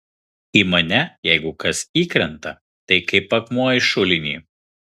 į mane jeigu kas įkrenta tai kaip akmuo į šulinį